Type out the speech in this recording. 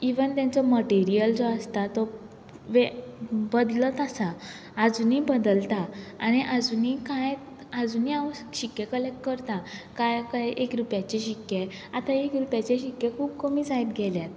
even तेंचो material जो आसता तो वे बदलत आसा आजुनी बदलता आनी आजुनी कांय आजुनी हांव शिक्के कलेक्ट करतां कांय कांय एक रुपयाचो शिक्के आतां एक रुपयाचे शिक्के खूब कमी जायत गेल्या